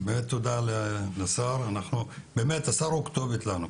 תודה לשר שהוא הכתובת שלנו,